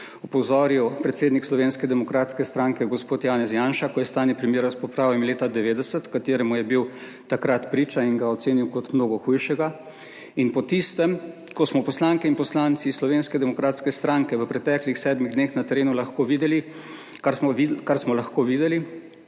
opozoril predsednik Slovenske demokratske stranke gospod Janez Janša, ko je stanje primera s poplavami leta 1990, kateremu je bil takrat priča in ga ocenil kot mnogo hujšega, in po tistem, ko smo poslanke in poslanci Slovenske demokratske stranke v preteklih sedmih dneh na terenu lahko videli, kar smo lahko videli,